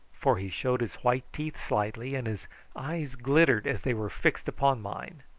for he showed his white teeth slightly and his eyes glittered as they were fixed upon mine.